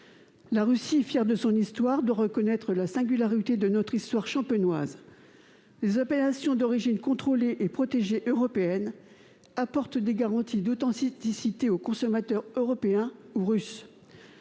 La Russie, fière de son histoire, doit reconnaître la singularité de notre histoire champenoise. Les appellations d'origine contrôlée et protégée européennes apportent des garanties d'authenticité aux consommateurs européens comme russes.